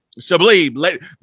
Shabli